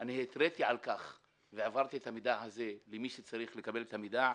התרעתי על כך והעברתי את המידע הזה למי שצריך לקבל את המידע.